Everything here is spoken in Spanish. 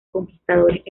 conquistadores